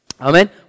Amen